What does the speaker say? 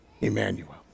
Emmanuel